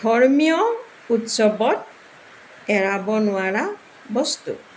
ধৰ্মীয় উৎসৱত এৰাব নোৱাৰা বস্তু